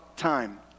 time